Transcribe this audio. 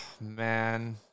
man